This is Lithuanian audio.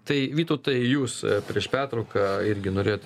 tai vytautai jūs prieš pertrauką irgi norėjot